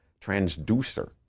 transducer